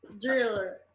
Driller